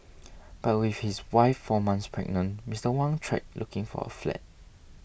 but with his wife four months pregnant Mister Wang tried looking for a flat